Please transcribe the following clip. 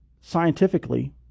scientifically